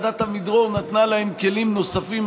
ועדת עמידרור נתנה להם כלים נוספים,